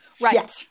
Right